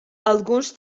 alguns